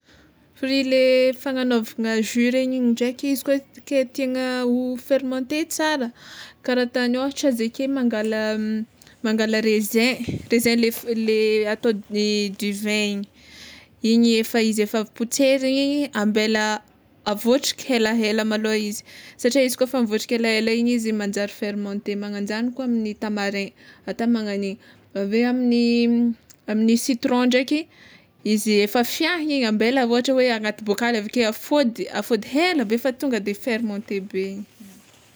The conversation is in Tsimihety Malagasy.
Fruit le fagnanaovagna jus regny ndraiky izy koa ke tiagna ho fermente tsara kara atao ôhatra izy ake, mangala mangala raisin raisin le f- atao ny duvin igny, igny efa izy efa potseriny igny ambela avotriky helahela malôha izy satria izy kôfa mivotraka helahela igny izy manjary fermente magnanjagny koa ny tamarin atao magnagn'igny ave amin'ny amin'ny citron ndraiky izy efa fiahiny igny ambela ôhatra hoe agnaty bocal aveke afôdy afôdy helabe fa tonga de fermente be igny.